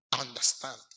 understand